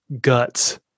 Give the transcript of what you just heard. guts